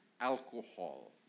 alcohol